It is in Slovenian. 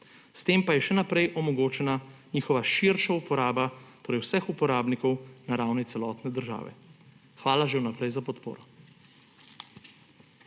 S tem pa je še naprej omogočena njihova širša uporaba, torej vseh uporabnikov na ravni celotne države. Hvala že vnaprej za podporo.